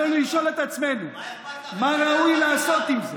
עלינו לשאול את עצמנו מה ראוי לעשות עם זה.